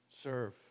Serve